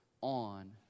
on